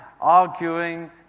arguing